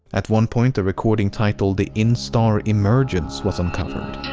at one point, a recording titled the instar emergence was uncovered.